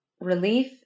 relief